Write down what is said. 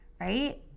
right